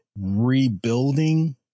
rebuilding